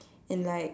and like